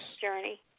journey